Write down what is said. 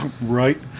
right